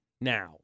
now